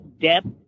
depth